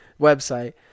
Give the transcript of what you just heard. website